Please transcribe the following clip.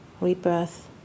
rebirth